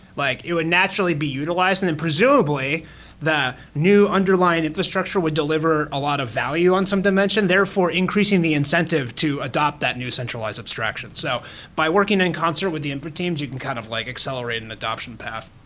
like would naturally be utilized, and then presumably the new underlying infrastructure would deliver a lot of value on some dimension, therefore increasing the incentive to adopt that new centralized abstraction. so by working in concert with the input teams, you can kind of like accelerate an adaption path.